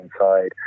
inside